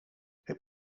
heb